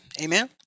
Amen